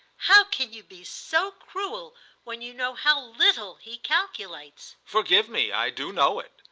how can you be so cruel when you know how little he calculates? forgive me, i do know it.